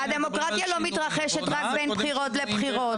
דמוקרטיה לא מתרחשת רק בין בחירות לבחירות.